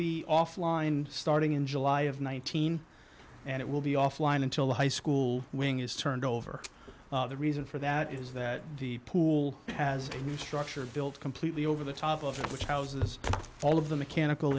be offline starting in july of one thousand and it will be offline until high school wing is turned over the reason for that is that the pool has a new structure built completely over the top of it which houses all of the mechanical